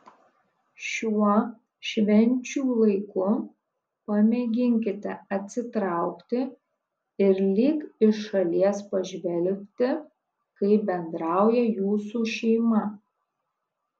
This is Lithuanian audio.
šiuo švenčių laiku pamėginkite atsitraukti ir lyg iš šalies pažvelgti kaip bendrauja jūsų šeima